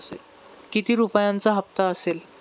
किती रुपयांचा हप्ता असेल?